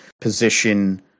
position